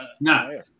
No